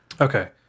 Okay